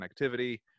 connectivity